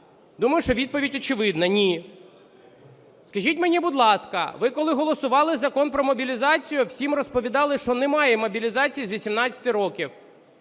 Думаю, що відповідь очевидна – ні. Скажіть мені, будь ласка, ви, коли голосували Закон про мобілізацію, всім розповідали, що немає мобілізації з 18 років.